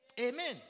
Amen